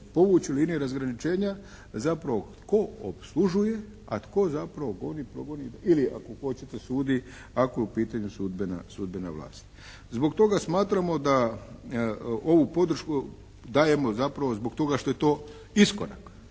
povući linije razgraničenja, zapravo tko opslužuje a tko zapravo goni, progoni ili ako hoćete sudi ako je u pitanju sudbena vlast. Zbog toga smatramo da ovu podršku dajemo zapravo zbog toga što je to iskorak,